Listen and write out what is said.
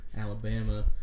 Alabama